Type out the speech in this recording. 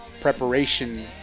preparation